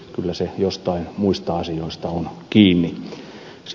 kyllä se jostain muista asioista on kiinni